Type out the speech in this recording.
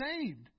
saved